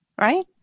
right